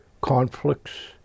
conflicts